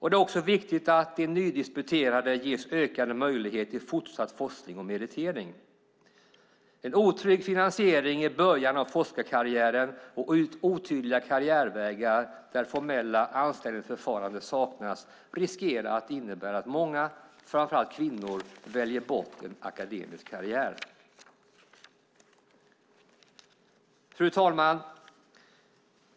Det är också viktigt att de nydisputerade ges ökade möjligheter till fortsatt forskning och meritering. Otrygg finansiering i början av forskarkarriären och otydliga karriärvägar där formella anställningsförfaranden saknas riskerar att innebära att många, framför allt kvinnor, väljer bort en akademisk karriär. Fru talman!